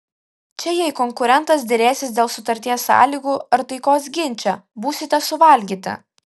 čia jei konkurentas derėsis dėl sutarties sąlygų ar taikos ginče būsite suvalgyti